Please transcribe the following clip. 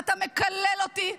אתה מקלל אותי,